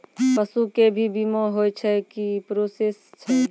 पसु के भी बीमा होय छै, की प्रोसेस छै?